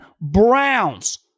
Browns